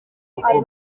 uko